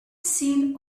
seen